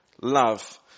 Love